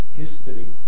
history